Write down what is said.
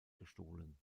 gestohlen